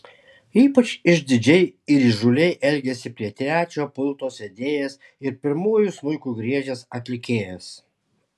ypač išdidžiai ir įžūliai elgėsi prie trečio pulto sėdėjęs ir pirmuoju smuiku griežęs atlikėjas